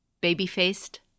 Baby-faced